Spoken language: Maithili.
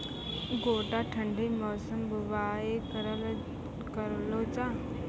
गोटा ठंडी मौसम बुवाई करऽ लो जा?